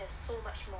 there's so much more